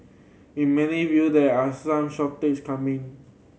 in many view there are some shortage coming